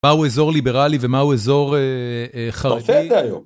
מהו אזור ליברלי ומהו אזור חרדי?